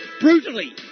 brutally